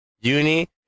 Uni